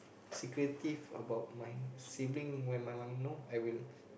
secretive about my sibling when my mum know I will